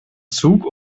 zug